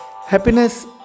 Happiness